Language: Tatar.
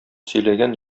сөйләгән